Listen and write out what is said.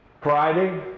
Friday